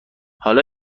حالا